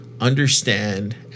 understand